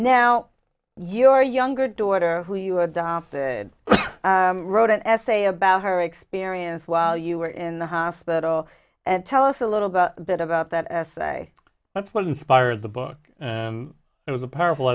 now your younger daughter who you adopted wrote an essay about her experience while you were in the hospital and tell us a little bit about that essay that's what inspired the book and it was a powerful